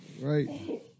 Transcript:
Right